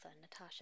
Natasha